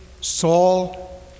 Saul